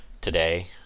today